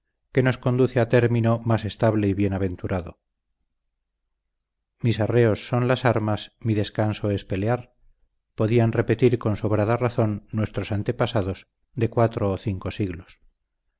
que nos conduce a término más estable y bienaventurado podían repetir con sobrada razón nuestros antepasados de cuatro o cinco siglos